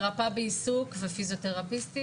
מרפאה בעיסוק ופיזיותרפיסטית,